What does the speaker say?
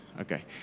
Okay